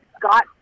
Got